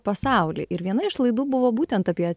pasauly ir viena iš laidų buvo būtent apie